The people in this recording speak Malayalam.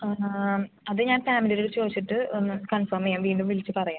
ആ മാം അത് ഞാൻ ഫാമിലിയിൽ ചോദിച്ചിട്ട് ഒന്ന് കൺഫേം ചെയ്യാം വീണ്ടും വിളിച്ചു പറയാം